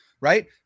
right